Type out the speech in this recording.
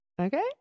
Okay